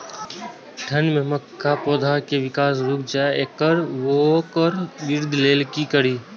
ठंढ में मक्का पौधा के विकास रूक जाय इ वोकर वृद्धि लेल कि करी?